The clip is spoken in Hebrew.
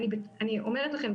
אני אומרת לכם,